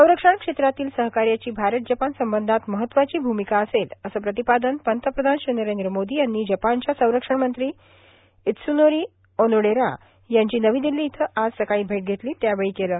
संरक्षण क्षेत्रातील सहकार्याची भारत जपान संबंधात जपानची भूमिका असेल असं प्रतिपादन पंतप्रधान श्री नरेंद्र मोदी यांनी जपानचे संरक्षणमंत्री इत्स्रनोरी ओनोडेरा यांची नवी दिल्ली इथं आज सकाळी भेट घेतली त्यावेळी केलं